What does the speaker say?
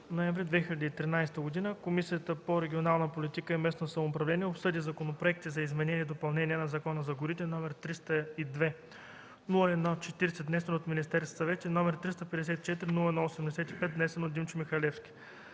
ноември 2013 г., Комисията по регионална политика и местно самоуправление обсъди законопроекти за изменение и допълнение на Закона за горите, № 302-01-40, внесен от Министерския съвет, и № 354-01-85, внесен от Димчо Михалевски.